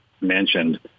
mentioned